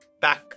back